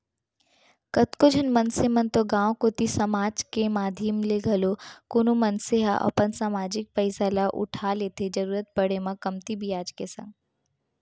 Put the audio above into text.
कतको झन मनसे मन तो गांव कोती समाज के माधियम ले घलौ कोनो मनसे ह अपन समाजिक पइसा ल उठा लेथे जरुरत पड़े म कमती बियाज के संग